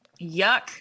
yuck